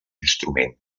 instrument